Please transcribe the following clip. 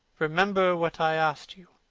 remember what i asked you,